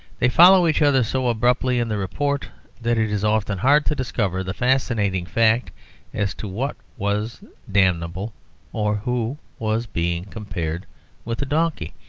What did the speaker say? they follow each other so abruptly in the report that it is often hard to discover the fascinating fact as to what was damnable or who was being compared with a donkey.